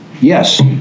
Yes